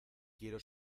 quiero